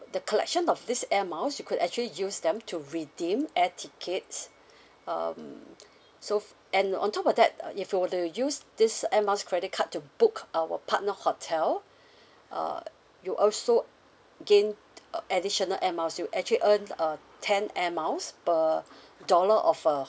the collection of these air miles you could actually use them to redeem air tickets um so f~ and on top of that uh if you were to use these air miles credit card to book our partner hotel uh you also gain uh additional air miles you actually earn uh ten air miles per dollar of uh